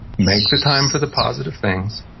make the time for the positive things,